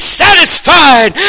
satisfied